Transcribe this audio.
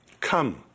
Come